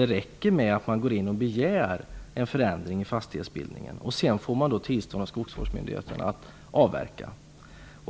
Det räcker med att man går in och begär en förändring i fastighetsbildningen för att man skall få tillstånd av skogsvårdsmyndigheten att avverka.